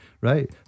right